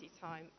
time